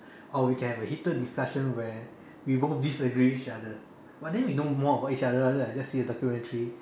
or we can have a heated discussion where we both disagree each other but then we know about each other rather than just seeing a documentary